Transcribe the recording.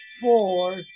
four